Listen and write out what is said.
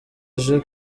aje